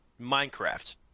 Minecraft